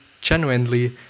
genuinely